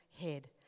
head